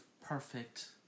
perfect